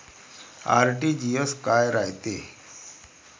RTGS काय रायते?